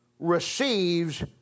receives